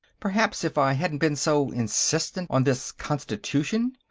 perhaps if i hadn't been so insistent on this constitution.